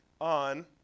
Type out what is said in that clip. on